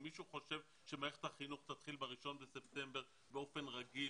אם מישהו חושב שמערכת החינוך תתחיל ב-1 בספטמבר באופן רגיל